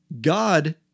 God